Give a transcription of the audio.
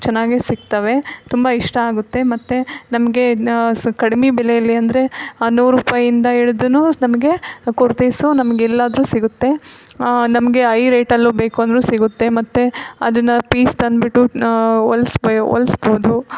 ಚೆನ್ನಾಗೆ ಸಿಕ್ತವೆ ತುಂಬ ಇಷ್ಟ ಆಗುತ್ತೆ ಮತ್ತು ನಮಗೆ ಸ ಕಡ್ಮೆ ಬೆಲೆಲಿ ಅಂದರೆ ನೂರು ರೂಪಾಯಿಂದ ಹಿಡ್ದುನೂ ನಮಗೆ ಕುರ್ತಿಸು ನಮಗೆಲ್ಲಾದ್ರೂ ಸಿಗುತ್ತೆ ನಮಗೆ ಐ ರೇಟಲ್ಲೂ ಬೇಕೂಂದ್ರೂ ಸಿಗುತ್ತೆ ಮತ್ತು ಅದನ್ನ ಪೀಸ್ ತಂದುಬಿಟ್ಟು ವೊಲ್ಸಬೈ ಹೊಲ್ಸ್ಬೋದು